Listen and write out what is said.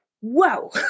whoa